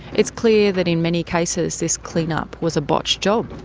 it's clear that in many cases this clean-up was a botched job.